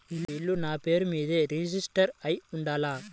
ఇల్లు నాపేరు మీదే రిజిస్టర్ అయ్యి ఉండాల?